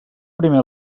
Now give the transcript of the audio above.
primer